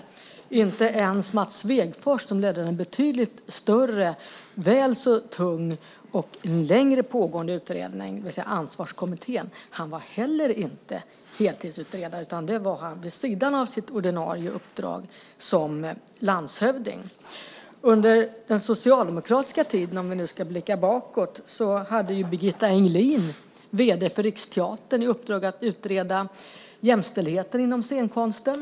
Det gäller inte ens Mats Svegfors, som ledde en betydligt större, väl så tung och längre pågående utredning, det vill säga Ansvarskommittén. Han var heller inte heltidsutredare, utan det var han vid sidan om sitt ordinarie uppdrag som landshövding. Under den socialdemokratiska tiden, om vi nu ska blicka bakåt, hade Birgitta Englin, vd för Riksteatern, i uppdrag att utreda jämställdheten inom scenkonsten.